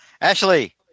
Ashley